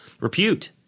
repute